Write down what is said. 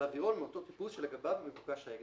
על אווירון מאותו טיפוס שלגביו מבוקש ההגדר".